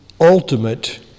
ultimate